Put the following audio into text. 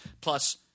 Plus